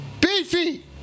Beefy